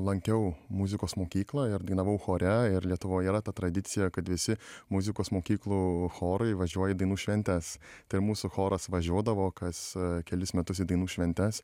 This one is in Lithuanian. lankiau muzikos mokyklą ir dainavau chore ir lietuvoj yra ta tradicija kad visi muzikos mokyklų chorai važiuoja į dainų šventes tai ir mūsų choras važiuodavo kas kelis metus į dainų šventes